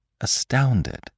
astounded